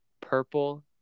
purple